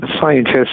Scientists